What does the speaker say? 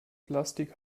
plastik